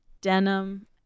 denim